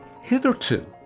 Hitherto